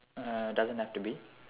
uh doesn't have to be